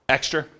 Extra